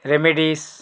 remedies